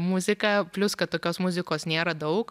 muziką plius kad tokios muzikos nėra daug